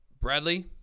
bradley